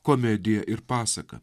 komedija ir pasaka